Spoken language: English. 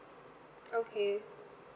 okay